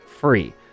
free